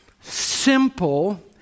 simple